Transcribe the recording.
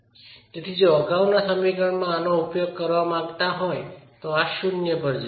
તેથી જો અગાઉના સમીકરણમાં આનો ઉપયોગ કરવા માંગતા હો તો આ 0 પર જઈ રહ્યું છે